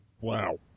Wow